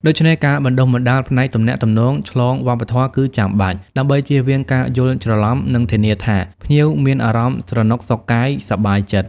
ដូច្នេះ ការបណ្តុះបណ្តាលផ្នែកទំនាក់ទំនងឆ្លងវប្បធម៌គឺចាំបាច់ ដើម្បីចៀសវាងការយល់ច្រឡំ និងធានាថាភ្ញៀវមានអារម្មណ៍ស្រណុកសុខកាយ សប្បាយចិត្ត។